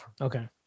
Okay